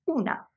una